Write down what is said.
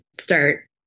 start